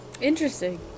Interesting